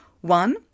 One